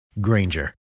Granger